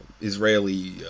israeli